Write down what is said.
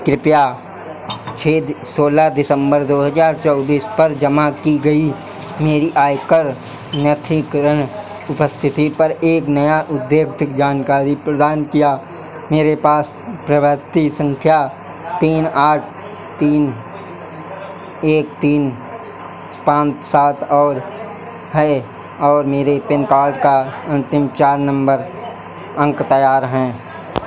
कृपया छह सोलह दिसम्बर दो हज़ार चौबीस पर जमा की गई मेरी आयकर नत्थीकरण इस्थिति पर एक अद्यतन जानकारी प्रदान करें मेरे पास पावती सँख्या तीन आठ तीन एक तीन पाँच सात और है और मेरे पैन कार्ड के अन्तिम चार नम्बर अंक तैयार हैं